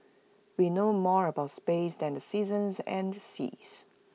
we know more about space than the seasons and the seas